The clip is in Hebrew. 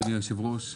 אדוני היושב-ראש,